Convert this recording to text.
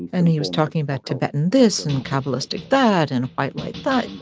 and he was talking about tibetan this and cabalistic that and white light that.